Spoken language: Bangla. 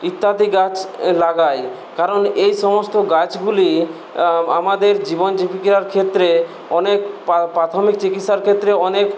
ইত্যাদি গাছ লাগাই কারণ এই সমস্ত গাছগুলি আমাদের জীবন জীবিকার ক্ষেত্রে অনেক প্রাথমিক চিকিৎসার ক্ষেত্রে অনেক